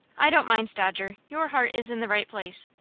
i don't mind, dodger your heart is in the right place.